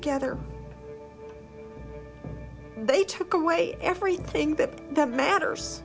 together they took away everything that that matters